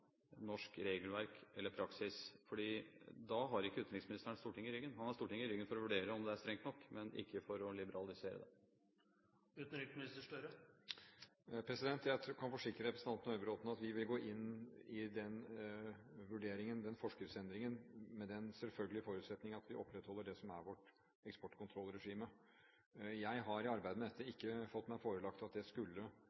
norsk regelverk eller praksis, for da har ikke utenriksministeren Stortinget i ryggen. Han har Stortinget i ryggen for å vurdere om det er strengt nok, men ikke for å liberalisere det. Jeg kan forsikre representanten Høybråten om at vi vil gå inn i den vurderingen, den forskriftsendringen, med den selvfølgelige forutsetning at vi opprettholder det som er vårt eksportkontrollregime. Jeg har i arbeidet med dette